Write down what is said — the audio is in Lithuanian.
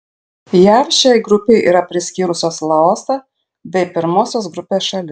jav šiai grupei yra priskyrusios laosą bei pirmosios grupės šalis